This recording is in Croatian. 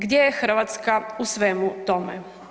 Gdje je Hrvatska u svemu tome?